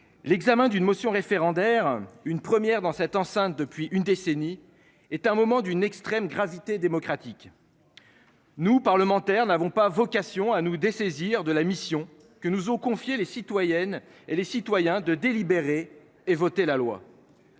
L'examen d'une motion référendaire. Une première dans cette enceinte depuis une décennie est un moment d'une extrême gravité démocratique. Nous parlementaires n'avons pas vocation à nous dessaisir de la mission que nous ont confié les citoyennes et les citoyens de délibérer et voter la loi.